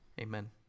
Amen